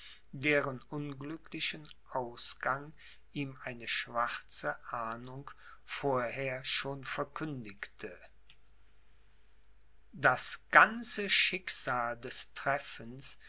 deren unglücklichen ausgang ihm eine schwarze ahnung vorher schon verkündigte das ganze schicksal des treffens